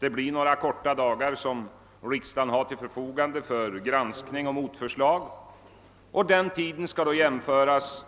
Det blir några korta dagar som riksdagen har till förfogande för granskning och motförslag. Den tiden skall jämföras